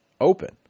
open